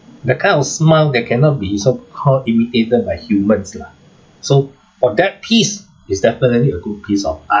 that kind of smile that cannot be so called imitated by humans lah so for that piece is definitely a good piece of art